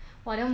ya